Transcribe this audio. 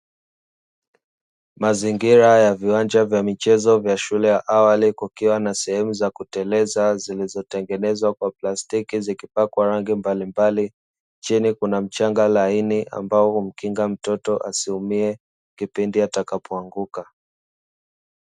Mazingira ya viwanja vya michezo vya shule ya awali kukiwa na sehemu za kuteleza zilizotengenezwa kwa plastiki zikipakwa rangi mbalimbali, chini kuna mchanga laini ambao humkinga mtoto asiumie kipindi atakapoanguka.